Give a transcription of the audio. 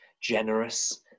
generous